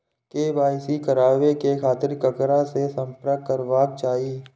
KYC कराबे के खातिर ककरा से संपर्क करबाक चाही?